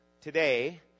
today